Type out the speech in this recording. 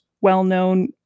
well-known